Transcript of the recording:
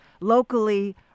locally